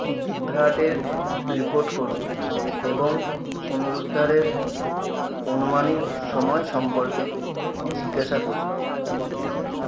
বিভ্রাটের report করুন এবং পুনরুদ্ধারের আনুমানিক সময় সম্পর্কে জিজ্ঞাসা করুন মনে